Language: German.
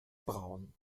braun